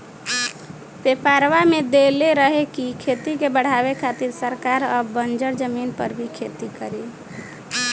पेपरवा में देले रहे की खेती के बढ़ावे खातिर सरकार अब बंजर जमीन पर भी खेती करी